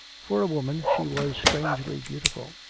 for a woman she was strangely beautiful.